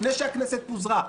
לפני שהכנסת פוזרה,